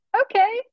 okay